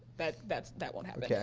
that that's that won't happen. yeah